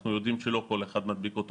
אנחנו יודעים שלא כל אחד מדביק אותו